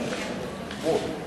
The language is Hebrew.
בדיוק אתמול.